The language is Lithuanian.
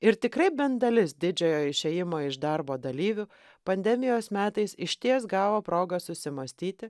ir tikrai bent dalis didžiojo išėjimo iš darbo dalyvių pandemijos metais išties gavo progą susimąstyti